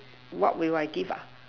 what will I give ah